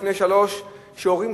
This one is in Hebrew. לפני שלושה שבועות,